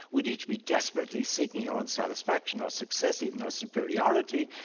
we'd each be desperately seeking our own satisfaction or success, even our superiority,